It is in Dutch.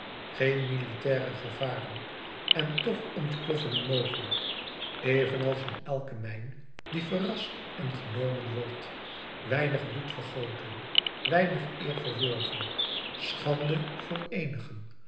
geen militaire gevaren en toch ontploffingen mogelijk evenals in elke mijn die verrast en genomen wordt weinig bloed vergoten weinig eer verworven schande voor eenigen